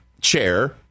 chair